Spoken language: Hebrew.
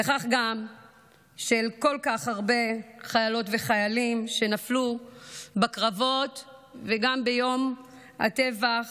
וכך גם של כל כך הרבה חיילות וחיילים שנפלו בקרבות וגם ביום הטבח